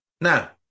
Now